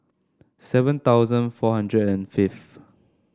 seven thousand four hundred and fifth